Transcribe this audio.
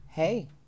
Hey